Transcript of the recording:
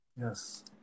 Yes